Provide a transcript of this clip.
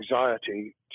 anxiety